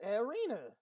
arena